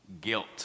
guilt